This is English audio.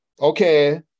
Okay